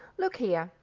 look here!